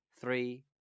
three